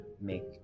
make